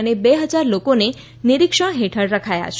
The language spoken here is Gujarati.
અને બે હજાર લોકોને નીરીક્ષણ હેઠળ રખાયા છે